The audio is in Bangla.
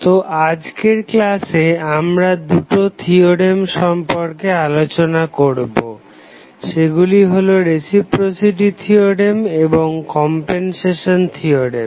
তো আজকের ক্লাসে আমরা দুটি থিওরেম সম্পর্কে আলোচনা করবো সেগুলি হলো রেসিপ্রোসিটি থিওরেম এবং কমপেনসেশন থিওরেম